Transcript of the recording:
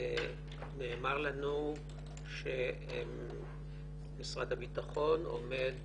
נאמר לנו שמשרד הביטחון עומד